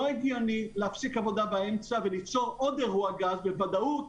לא הגיוני להפסיק עבודה באמצע וליצור עוד אירוע גז בוודאות,